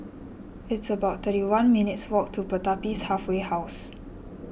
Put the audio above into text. It's about thirty one minutes' walk to Pertapis Halfway House